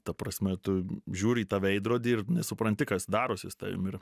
ta prasme tu žiūri į tą veidrodį ir nesupranti kas darosi su tavim ir